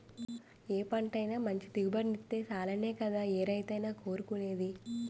ఏ పంటైనా మంచి దిగుబడినిత్తే సాలనే కదా ఏ రైతైనా కోరుకునేది?